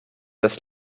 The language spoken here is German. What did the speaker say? das